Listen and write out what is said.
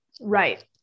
Right